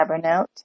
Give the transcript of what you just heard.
Evernote